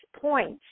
points